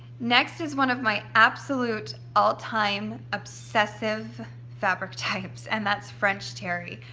next is one of my absolute all-time obsessive fabric types and that's french terry.